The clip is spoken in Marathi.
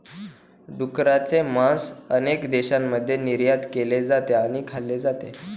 डुकराचे मांस अनेक देशांमध्ये निर्यात केले जाते आणि खाल्ले जाते